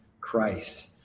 Christ